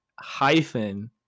hyphen